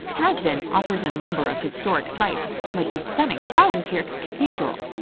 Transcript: dresden offers a number of historic sites like the stunning frauenkirche cathedral.